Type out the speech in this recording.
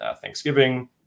Thanksgiving